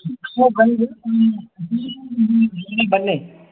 ಹ್ಞೂ ಬನ್ನಿ ಬನ್ನಿ